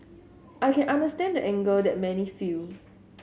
I can understand the anger that many feel